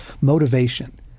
Motivation